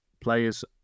players